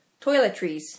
Toiletries